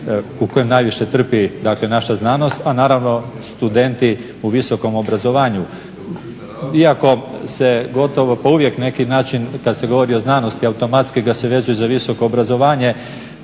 u kojem najviše trpi, dakle naša znanost, a naravno studenti u visokom obrazovanju iako se gotovo pa uvijek na neki način kad se govori o znanosti automatski ga se vezuje za visoko obrazovanje